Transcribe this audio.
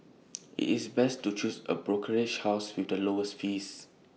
it's best to choose A brokerage house with the lowest fees